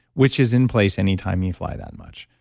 which is in place any time you fly that much,